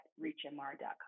reachmr.com